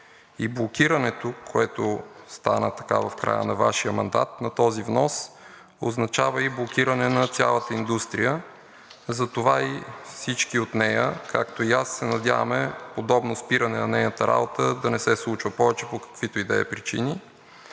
и блокирането, което стана в края на Вашия мандат на този внос, означава и блокиране на цялата индустрия. Затова и всички от нея, както и аз, се надяваме подобно спиране на нейната работа да не се случва повече по каквито и да е причини.